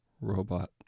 robot